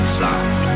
sound